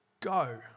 Go